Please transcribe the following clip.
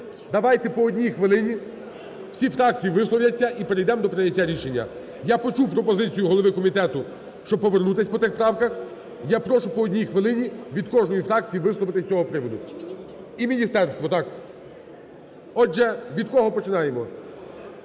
давайте по одній хвилині, всі фракції висловляться, і перейдемо до прийняття рішення. Я почув пропозицію голови комітету, щоб повернутися по тих правках. Я прошу по одній хвилині від кожної фракції висловитися з цього приводу. І міністерство, так. Отже від кого починаємо?